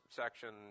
section